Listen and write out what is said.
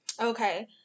Okay